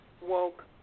woke